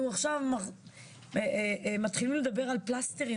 אנחנו עכשיו מתחילים לדבר על פלסטרים,